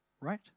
Right